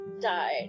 died